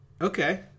Okay